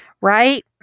Right